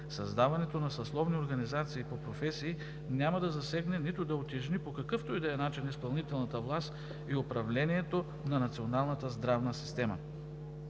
Създаването на съсловни организации по професии няма да засегне, нито да утежни по какъвто и да е начин изпълнителната власт и управлението на националната здравна система.